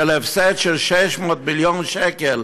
של הפסד של 600 מיליון שקל,